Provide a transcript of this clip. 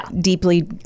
deeply